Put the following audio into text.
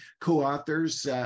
co-authors